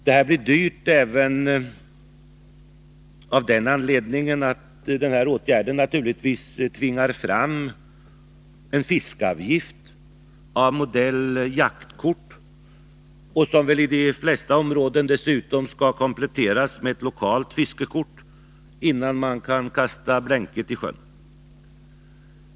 Dessutom tvingar naturligtvis den här åtgärden fram en fiskeavgift av modell jaktkort, som väli de flesta områden skall kompletteras med ett lokalt fiskekort, innan man kan kasta blänket i sjön.